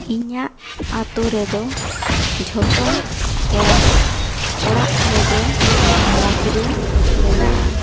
ᱤᱧᱟᱹᱜ ᱟᱛᱳ ᱨᱮᱫᱚ ᱡᱷᱚᱛᱚ ᱦᱚᱲᱟᱜ ᱚᱲᱟᱜ ᱨᱮᱜᱮ ᱵᱟᱛᱷᱨᱩᱢ ᱢᱮᱱᱟᱜᱼᱟ